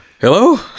Hello